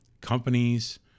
companies